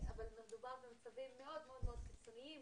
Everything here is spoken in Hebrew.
אבל מדובר במצבים מאוד קיצוניים,